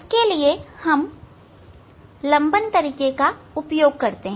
उसके लिए हम लंबन तरीका उपयोग में लाएंगे